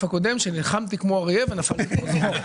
הקודם שנלחמתי כמו אריה ונפלתי כמו זבוב.